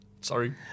sorry